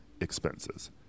expenses